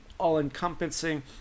all-encompassing